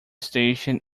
station